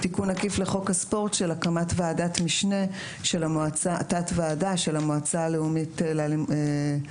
תיקון עקיף לחוק הספורט של הקמת תת-ועדה של המועצה הלאומית לספורט,